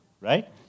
right